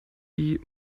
wie